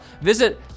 Visit